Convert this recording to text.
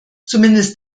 zumindest